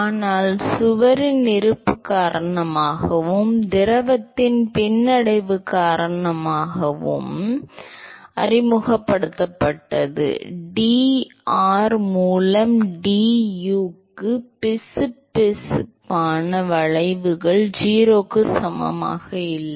ஆனால் சுவரின் இருப்பு காரணமாகவும் திரவத்தின் பின்னடைவு காரணமாகவும் அறிமுகப்படுத்தப்பட்டது dr மூலம் du க்கு பிசுபிசுப்பான விளைவுகள் 0 க்கு சமமாக இல்லை